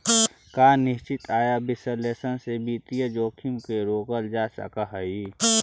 का निश्चित आय विश्लेषण से वित्तीय जोखिम के रोकल जा सकऽ हइ?